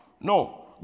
no